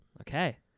Okay